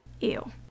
Ew